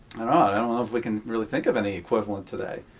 i don't know if we can really think of any equivalent today